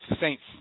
Saints